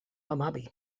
hamabi